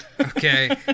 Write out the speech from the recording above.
okay